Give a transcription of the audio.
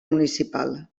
municipal